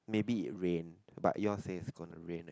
maybe it rain but your says is gone to rain